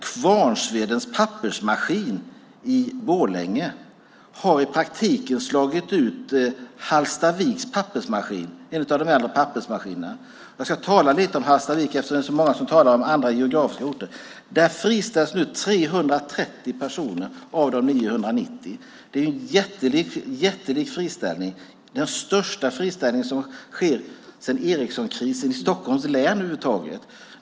Kvarnsvedens pappersmaskin i Borlänge har i praktiken slagit ut Hallstaviks pappersmaskin som är en av de äldre pappersmaskinerna. Jag ska tala lite om Hallstavik eftersom så många har talat om andra geografiska orter. Där friställs nu 330 av de 990 anställda. Det är en jättelik friställning. Det är den största friställningen i Stockholms län sedan Ericssonkrisen.